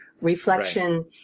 reflection